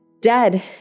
Dead